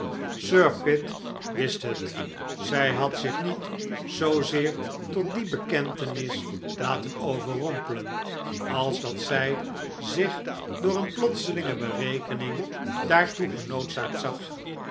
sir pitt wist het zij had zich niet zoozeer tot die bekentenis laten overrompelen als dat zij zich door een plotselinge berekening daartoe genoodzaakt zag